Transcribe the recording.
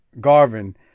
Garvin